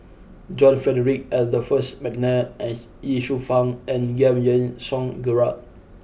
John Frederick Adolphus McNair Ye Shufang and Giam Yean Song Gerald